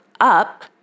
up